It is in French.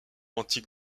antique